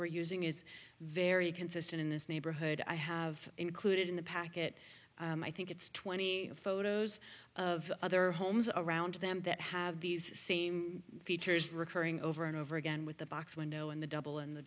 we're using is very consistent in this neighborhood i have included in the packet i think it's twenty photos of other homes around them that have these same features recurring over and over again with the box window in the double in the